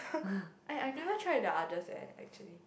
I I've never tried the others eh actually